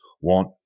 want